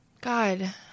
God